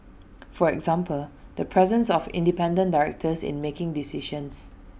for example the presence of independent directors in making decisions